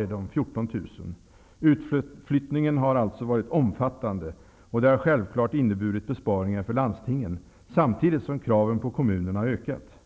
är de 14 000. Utflyttningen har alltså varit omfattande, och det har självfallet inneburit besparingar för landstingen, samtidigt som kraven på kommunerna har ökat.